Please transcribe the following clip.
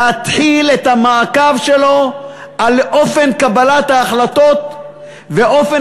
להתחיל את המעקב שלו על אופן קבלת ההחלטות ואופן